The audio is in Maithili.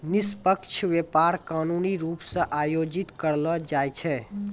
निष्पक्ष व्यापार कानूनी रूप से आयोजित करलो जाय छै